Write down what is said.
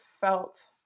felt